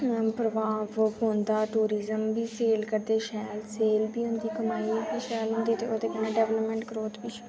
प्रभाव पौंदा टूरिजम बी सेल करदे शैल सेल बी होंदी कमाई बी शैल होंदी ते कन्नै डवैल्पमैंट ग्रोथ बी